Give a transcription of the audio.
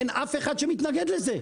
אין אף אחד שמתנגד לזה.